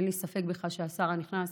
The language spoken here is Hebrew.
אין לי ספק בכלל שהשר הנכנס,